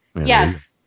yes